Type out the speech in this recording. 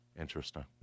Interesting